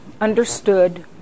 understood